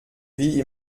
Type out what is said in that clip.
wie